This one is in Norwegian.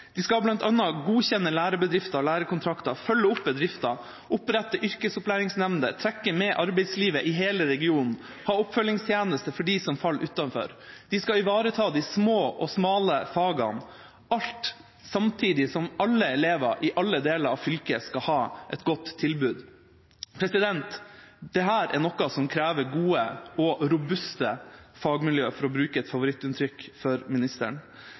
De skal bl.a. godkjenne lærebedrifter og lærekontrakter, følge opp bedrifter, opprette yrkesopplæringsnemnder, trekke med arbeidslivet i hele regionen, ha oppfølgingstjeneste for dem som faller utenfor, og de skal ivareta de små og smale fagene – alt samtidig som alle elever i alle deler av fylket skal ha et godt tilbud. Dette er noe som krever gode og robuste fagmiljøer – for å bruke et favorittuttrykk for ministeren.